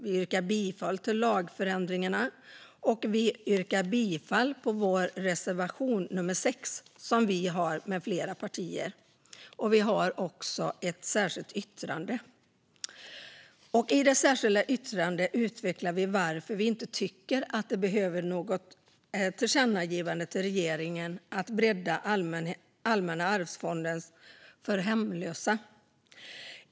Vi yrkar bifall till lagändringarna och till vår reservation nummer 6, som vi har med flera partier. Vi har också ett särskilt yttrande där vi utvecklar varför vi inte tycker att det behövs något tillkännagivande till regeringen om att bredda Allmänna arvsfonden för hemlösa.